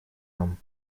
нем